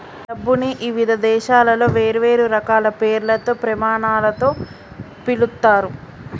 డబ్బుని ఇవిధ దేశాలలో వేర్వేరు రకాల పేర్లతో, ప్రమాణాలతో పిలుత్తారు